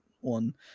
one